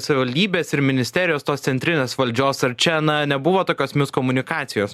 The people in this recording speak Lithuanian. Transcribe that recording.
savivaldybės ir ministerijos tos centrinės valdžios ar čia na nebuvo tokios miskomunikacijos